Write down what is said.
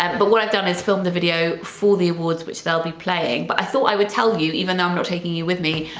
and but what i've done is film a video for the awards which they'll be playing. but i thought i would tell you, even i'm not taking you with me,